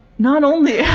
not only